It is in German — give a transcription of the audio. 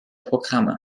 programme